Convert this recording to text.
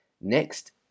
Next